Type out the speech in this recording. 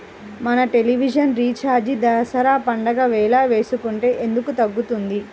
మన television recharge Dasara పండగ వేళ వేసుకుంటే ఎందుకు తగ్గుతుంది?